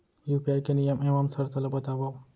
UPI के नियम एवं शर्त ला बतावव